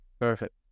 Perfect